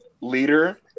leader